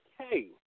okay